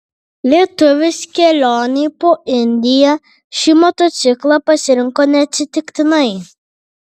lietuvis kelionei po indiją šį motociklą pasirinko neatsitiktinai